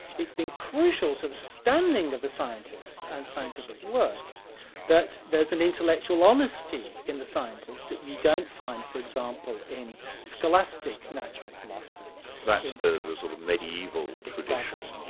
it's been crucial to the standing of the scientist and scientific work that there's an intellectual honesty in the scientist scientist that you don't find for example, in scholastic natural philosophers. that's the the sort of mediaeval tradition, yeah